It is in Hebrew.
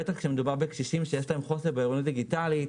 בטח כאשר מדובר בקשישים שיש להם חוסר במיומנות דיגיטלית.